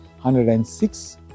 106